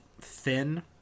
thin